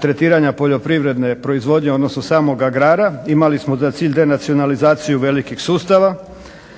tretiranja poljoprivredne proizvodnje odnosno samog agrara, imali smo za cilj denacionalizaciju velikih sustava